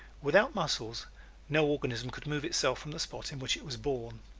without muscles no organism could move itself from the spot in which it was born.